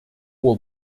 will